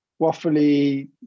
waffly